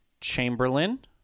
Chamberlain